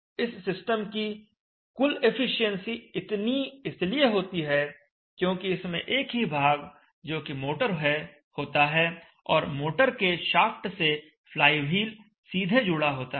इस सिस्टम की कुल एफिशिएंसी इतनी इसलिए होती है क्योंकि इसमें एक ही भाग जो कि मोटर है होता है और मोटर के शाफ्ट से फ्लाईव्हील सीधे जुड़ा होता है